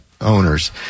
owners